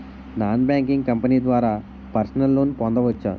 Non banking company ద్వారా personal loan పొందవచ్చా?